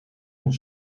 een